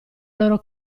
loro